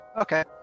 Okay